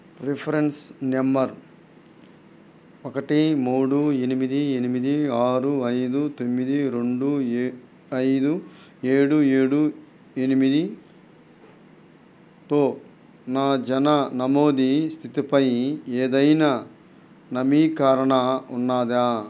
reference number ఒకటి మూడు ఎనిమిది ఎనిమిది ఆరు ఐదు తొమ్మిది రెండు ఐదు ఏడు ఏడు ఎనిమిదితో నా జనన నమోదు స్థితిపై ఏదైనా నవీకరణ ఉన్నదా